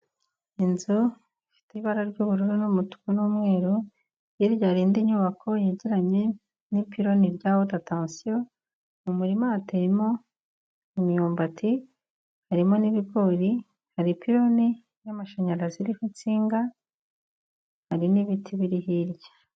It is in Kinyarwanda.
Inzu ifite ibara ry'ubururu n'umutuku n'umweru, hirya hari indi nyubako yegeranye n'ipironi rya wotatansiyo, mu murima hateyemo imyumbati, harimo n'ibigori, hari ipironi y'amashanyarazi iriho insinga, hari n'ibiti biri hirya.